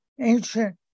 ancient